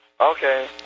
Okay